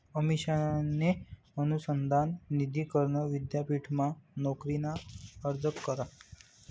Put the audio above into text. अमिषाने अनुसंधान निधी करण विद्यापीठमा नोकरीना अर्ज करा